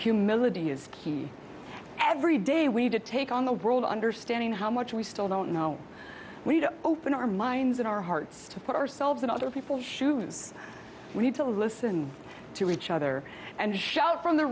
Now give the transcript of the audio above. humility is key every day we need to take on the world understanding how much we still don't know we need to open our minds and our hearts to put ourselves in other people's shoes we need to listen to each other and shout from the